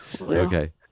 Okay